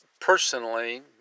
personally